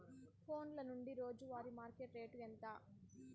ఫోన్ల నుండి రోజు వారి మార్కెట్ రేటు ఎంత?